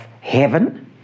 heaven